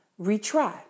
Retry